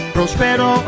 Prospero